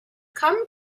come